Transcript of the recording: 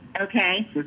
Okay